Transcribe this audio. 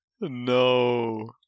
No